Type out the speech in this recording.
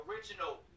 Original